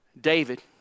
David